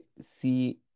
see